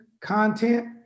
content